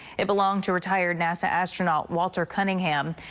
it belonged to retired nasa astronaut walter cunningham.